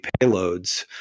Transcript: payloads